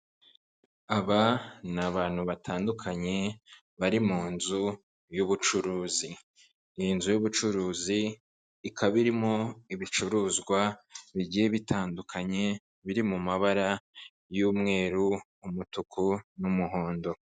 Aba ni abantu batandukanye bari mu nzu y'ubucuruzi. Iyi nzu y'ubucuruzi ikaba irimo ibicuruzwa bigiye bitandukanye, biri mu mabara y'umweru, umutuku, n'umuhondo.